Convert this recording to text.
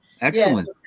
excellent